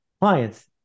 clients